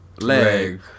leg